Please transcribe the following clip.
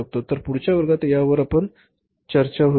तर पुढच्या वर्गात यावर चर्चा होईल